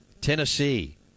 Tennessee